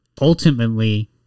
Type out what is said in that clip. ultimately